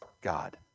God